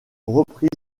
reprise